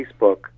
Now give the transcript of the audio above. Facebook